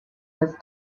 was